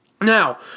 now